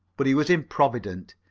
but he was improvident.